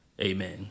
Amen